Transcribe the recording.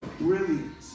brilliant